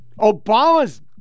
Obama's